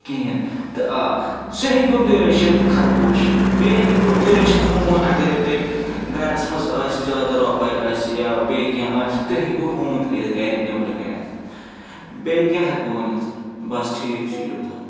کِہیٖنۍ تہٕ آ سُہ ہیٚکِہُن تُہۍ رٔچھِتھ خرگوش بیٚیہِ ہیٚکِو تُہۍ رٔچھِتھ ہوٗن اَگرے تۄہہِ گَرَس منٛز آسہِ زیادٕ رۄپَے آسہِ یا بیٚیہِ کیٚنٛہہ آسہِ تُہۍ ہیٚکِو ہوٗن تھٲیِتھ گرِ نٮ۪برٕ کَنٮ۪تھ بیٚیہِ کیٛاہ ہیٚکہٕ بہٕ ؤنِتھ بَس ٹھیٖک چھُ یوٗتاہ